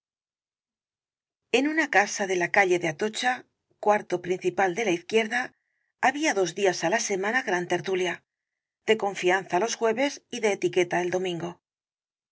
en una casa de la calle de atocha cuarto principal de la izquierda había dos días á la semana gran tertulia de confianza los jueves y de etiqueta el domingo